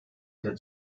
der